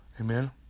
Amen